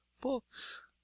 books